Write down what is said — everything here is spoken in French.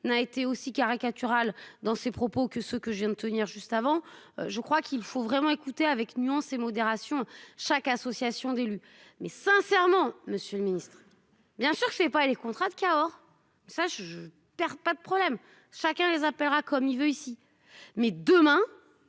n'a été aussi caricatural dans ses propos que ce que j'aime tenir juste avant. Je crois qu'il faut vraiment écouter avec nuance et modération chaque association d'élus mais sincèrement Monsieur le Ministre. Bien sûr que je ne sais pas les contrats de Cahors. Ça je perds pas de problème. Chacun les appellera comme il veut ici. Mais demain